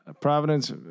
Providence